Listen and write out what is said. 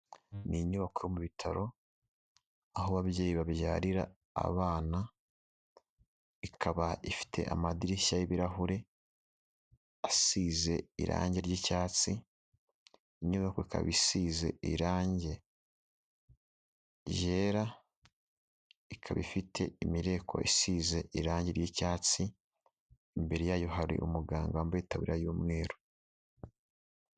Ni inyubako mu bitaro aho ababyeyi babyarira abana, ikaba ifite amadirishya y'ibirahure asize irangi ry'icyatsi, inyubako ikaba isize irangi ryera, ikaba ifite imireko isize irangi ry'icyatsi, imbere yayo hari umuganga wambaye itaburiya y'umweru.